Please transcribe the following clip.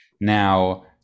Now